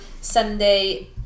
sunday